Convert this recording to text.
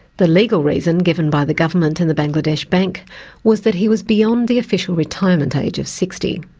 the legal reason given by the government and the bangladesh bank was that he was beyond the official retirement age of sixty.